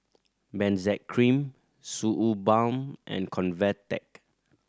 Benzac Cream Suu Balm and Convatec